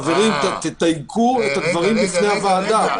חברים, תדייקו את הדברים לפני הוועדה.